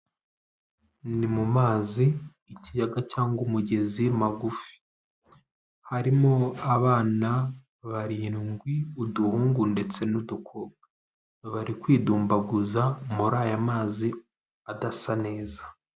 Ni mu mazi ikiyaga cyangwa umugezi magufi, harimo abana barindwi uduhungu ndetse n'udukobwa, bari kwidumbaguza muri aya mazi adasa neza.